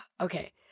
Okay